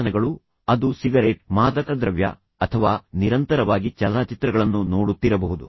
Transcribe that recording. ವ್ಯಸನಗಳು ಅದು ಯಾವುದೋ ರೀತಿಯ ಸಿಗರೇಟ್ ಅಥವಾ ಮಾದಕ ದ್ರವ್ಯವಾಗಿರಬಹುದು ಅಥವಾ ನಿರಂತರವಾಗಿ ಚಲನಚಿತ್ರಗಳನ್ನು ನೋಡುತ್ತಿರಬಹುದು